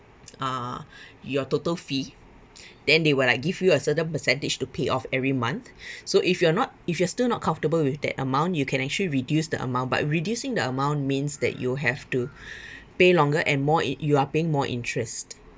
uh your total fee then they will like give you a certain percentage to pay off every month so if you're not if you're still not comfortable with that amount you can actually reduce the amount but reducing the amount means that you have to pay longer and more y~ you are paying more interest